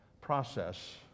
process